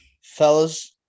fellas –